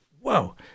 Whoa